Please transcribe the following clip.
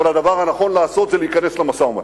אבל הדבר הנכון לעשות זה להיכנס למשא-ומתן.